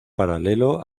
paralelo